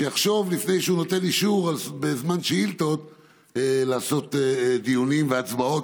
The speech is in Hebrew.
שיחשוב לפני שהוא נותן אישור בזמן שאילתות לעשות דיונים והצבעות,